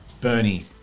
Bernie